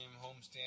homestand